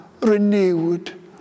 renewed